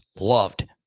loved